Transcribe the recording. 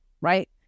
right